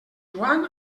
joan